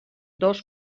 dos